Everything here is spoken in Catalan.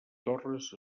torres